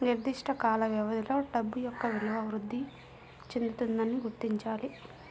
నిర్దిష్ట కాల వ్యవధిలో డబ్బు యొక్క విలువ వృద్ధి చెందుతుందని గుర్తించాలి